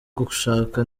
gushaka